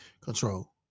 Control